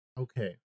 Okay